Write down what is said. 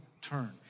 turn